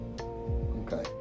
okay